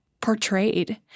portrayed